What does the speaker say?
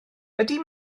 ydy